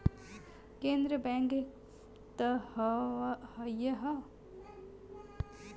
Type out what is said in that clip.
केन्द्र बैंक त हइए हौ